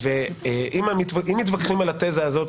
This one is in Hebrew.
אם מתווכחים על התזה הזאת,